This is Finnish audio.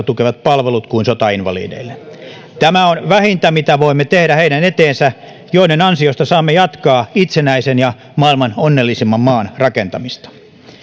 tukevat palvelut kuin sotainvalideille tämä on vähintä mitä voimme tehdä heidän eteensä joiden ansiosta saamme jatkaa itsenäisen ja maailman onnellisimman maan rakentamista